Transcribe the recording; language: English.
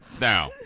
now